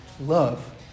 love